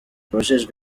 abajejwe